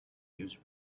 use